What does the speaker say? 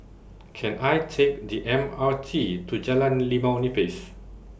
Can I Take The M R T to Jalan Limau Nipis